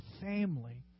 family